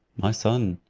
my son,